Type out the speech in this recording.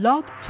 Love